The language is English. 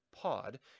pod